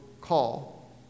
call